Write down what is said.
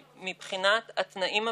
לא,